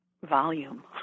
volume